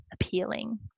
appealing